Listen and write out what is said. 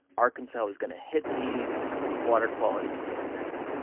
arkansas was going to hit these water quality standards.